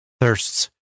thirsts